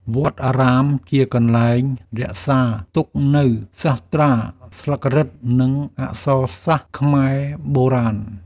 វត្តអារាមជាកន្លែងរក្សាទុកនូវសាស្រ្តាស្លឹករឹត និងអក្សរសាស្ត្រខ្មែរបុរាណ។